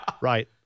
Right